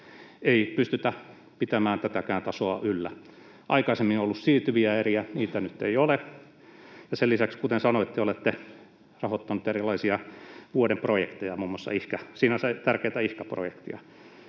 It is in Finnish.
ei pystytä pitämään tätäkään tasoa yllä. Aikaisemmin on ollut siirtyviä eriä, niitä nyt ei ole, ja sen lisäksi, kuten sanoitte, olette rahoittaneet erilaisia vuoden projekteja, muun muassa sinänsä tärkeätä ihka-projektia.